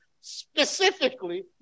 specifically